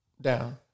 down